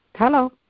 Hello